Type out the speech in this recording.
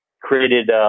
created